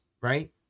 right